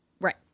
right